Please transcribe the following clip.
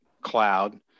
cloud